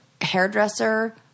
hairdresser